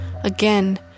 again